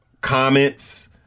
Comments